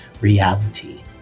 reality